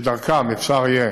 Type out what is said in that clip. שדרכן אפשר יהיה